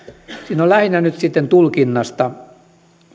siinä on lähinnä nyt sitten tulkinnasta